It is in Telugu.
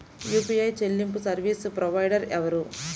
యూ.పీ.ఐ చెల్లింపు సర్వీసు ప్రొవైడర్ ఎవరు?